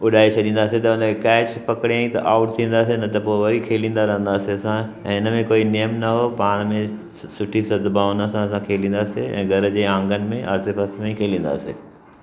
उॾाए छॾींदासीं त हुन कैच पकड़ियईं त आउट थी वेंदासीं न त पोइ वरी खेलींदा रहंदासीं असां ऐं हिन में कोई नियम न हो पाण में सुठी सदभावना सां असां खेॾींदासीं ऐं घर जे आंगनि में आसे पासे में ई खेॾींदासीं